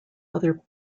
other